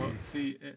See